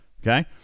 Okay